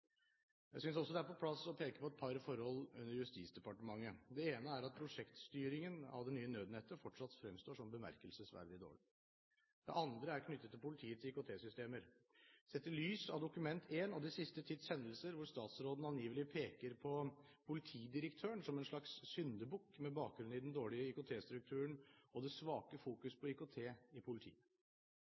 Jeg synes også det er på sin plass å peke på et par forhold under Justisdepartementet. Det ene er at prosjektstyringen av det nye nødnettet fortsatt fremstår som bemerkelsesverdig dårlig. Det andre er knyttet til politiets IKT-systemer. Den siste tids hendelser, hvor statsråden angivelig peker på politidirektøren som en slags syndebukk med bakgrunn i den dårlige IKT-strukturen og det svake fokus på IKT i politiet,